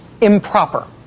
improper